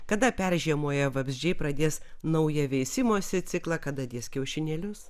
kada peržiemoję vabzdžiai pradės naują veisimosi ciklą kada dės kiaušinėlius